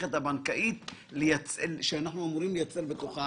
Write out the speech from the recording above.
המערכת הבנקאית שאנחנו אמורים לייצר בתוכה